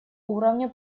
уровня